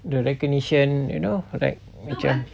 the recognition you know like macam